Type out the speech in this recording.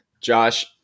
Josh